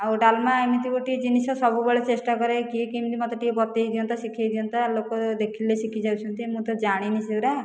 ଆଉ ଡାଲମା ଏମିତି ଗୋଟିଏ ଜିନିଷ ସବୁବେଳେ ଚେଷ୍ଟା କରେ କି କିଏ କେମତି ମୋତେ ଟିକେ ବତେଇ ଦିଅନ୍ତା ଶିଖେଇ ଦିଅନ୍ତା ଲୋକ ଦେଖିଲେ ଶିଖିଯାଉଛନ୍ତି ମୁଁ ତ ଜାଣିନି ସେଗୁଡ଼ା